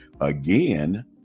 Again